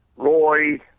Roy